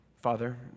Father